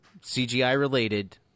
CGI-related